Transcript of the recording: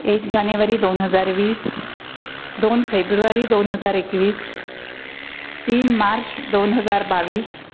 एक जानेवारी दोन हजार वीस दोन फेब्रुवारी दोन हजार एकवीस तीन मार्च दोन हजार बावीस